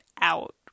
out